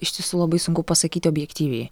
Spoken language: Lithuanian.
iš tiesų labai sunku pasakyti objektyviai